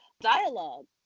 dialogue